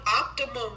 optimum